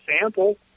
sample